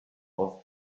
off